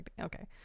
okay